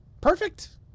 Perfect